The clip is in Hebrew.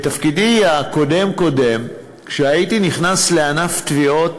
בתפקידי הקודם-קודם, כשהייתי נכנס לענף תביעות,